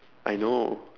I know